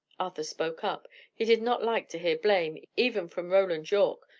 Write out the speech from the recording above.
arthur spoke up he did not like to hear blame, even from roland yorke,